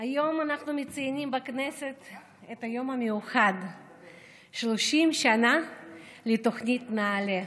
היום אנחנו מציינים בכנסת את היום המיוחד לציון 30 שנה לתוכנית נעל"ה,